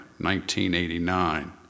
1989